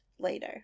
later